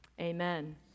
Amen